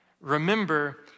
Remember